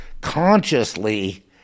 consciously